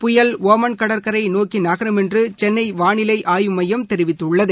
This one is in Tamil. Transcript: புயல் ஓமன் கடற்கரையைநோக்கிநகரும் என்றுசென்ளைவாளிலைஆய்வு மையம் தெரிவித்துள்ளது